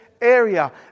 area